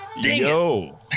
Yo